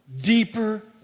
deeper